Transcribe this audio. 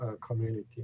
community